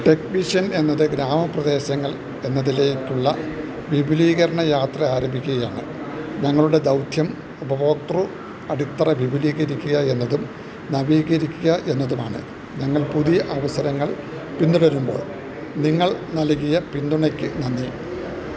tech vision എന്നത് ഗ്രാമപ്രദേശങ്ങൾ എന്നതിലേക്കുള്ള വിപുലീകരണ യാത്ര ആരംഭിക്കുകയാണ് ഞങ്ങളുടെ ദൗത്യം ഉപഭോക്തൃ അടിത്തറ വിപുലീകരിക്കുക എന്നതും നവീകരിക്കുക എന്നതും ആണ് ഞങ്ങൾ പുതിയ അവസരങ്ങൾ പിന്തുടരുമ്പോൾ നിങ്ങൾ നൽകിയ പിന്തുണയ്ക്ക് നന്ദി